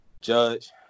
judge